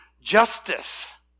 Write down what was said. justice